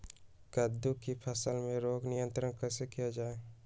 कददु की फसल में रोग नियंत्रण कैसे किया जाए?